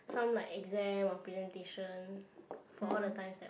some like exam or presentation for all the times that one